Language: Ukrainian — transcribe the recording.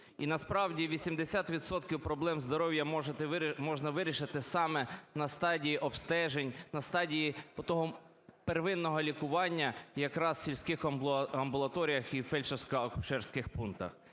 І насправді 80 відсотків проблем здоров'я можна вирішити саме на стадії обстежень, на стадії первинного лікування якраз в сільських амбулаторіях і фельдшерсько-акушерських пунктах.